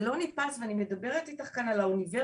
זה לא נתפס ואני מדברת איתך כאן על האוניברסיטה.